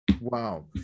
Wow